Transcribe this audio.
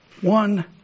one